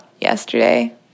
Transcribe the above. yesterday